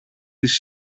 της